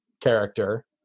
character